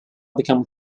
become